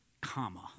Comma